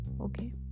okay